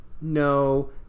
no